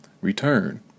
Return